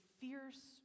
fierce